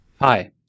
hi